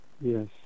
Yes